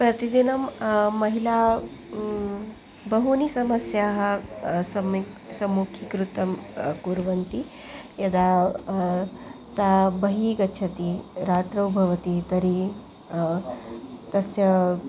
प्रतिदिनं महिला बहूनि समस्याः सम्यक् सम्मुखीकृतं कुर्वन्ति यदा सा बहिः गच्छति रात्रौ भवति तर्हि तस्य